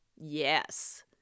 Yes